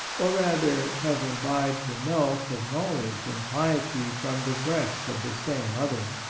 or, rather, have imbibed the milk of knowledge and piety from the breasts of the same mother.